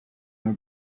your